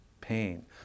pain